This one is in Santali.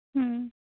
ᱦᱩᱸ